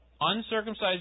uncircumcised